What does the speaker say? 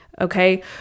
okay